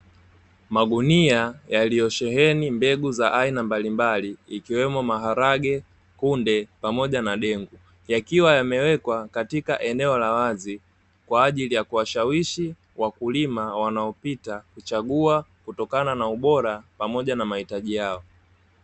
Magunia yaliyosheheni mbegu za aina mbalimbali ikiwemo: maharage, kunde pamoja na dengu. Yakiwa yamewekwa katika eneo la wazi kwa ajili ya kuwashawishi wakulima wanaopita kuchagua, kutokana na ubora pamoja na mahitaji yao.